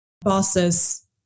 bosses